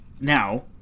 Now